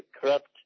corrupt